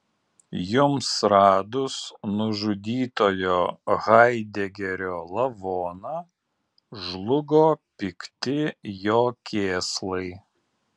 jums radus nužudytojo haidegerio lavoną žlugo pikti jo kėslai